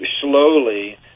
slowly